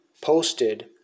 posted